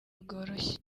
bworoshye